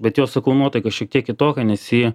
bet jos sakau nuotaika šiek tiek kitokia nes ji